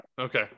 Okay